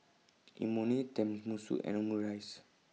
Imoni Tenmusu and Omurice